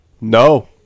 No